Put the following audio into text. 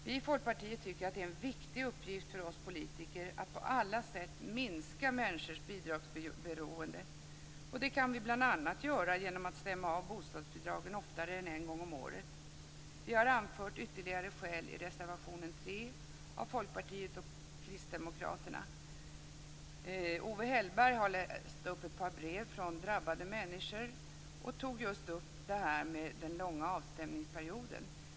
Vi i Folkpartiet tycker att det är en viktig uppgift för oss politiker att på alla sätt minska människors bidragsberoende, och det kan vi göra bl.a. genom att stämma av bostadsbidragen oftare än en gång om året. Vi har anfört ytterligare skäl i reservation 3 av Owe Hellberg har läst upp ett par brev från drabbade människor. Han tog just upp frågan om den långa avstämningsperioden.